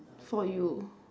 for you